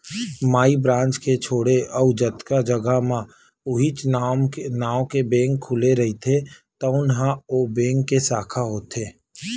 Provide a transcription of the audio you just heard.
माई branch के छोड़े अउ जतका जघा म उहींच नांव के बेंक खुले रहिथे तउन ह ओ बेंक के साखा होथे